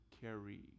carry